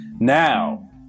Now